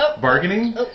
Bargaining